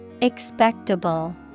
Expectable